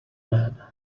man